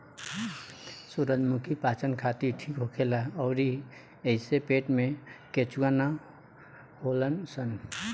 सूरजमुखी पाचन खातिर ठीक होखेला अउरी एइसे पेट में केचुआ ना होलन सन